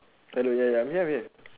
hello ya ya I'm here man